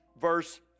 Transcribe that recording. verse